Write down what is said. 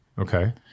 Okay